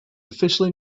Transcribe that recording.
officially